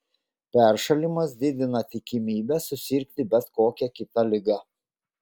peršalimas didina tikimybę susirgti bet kokia kita liga